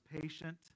patient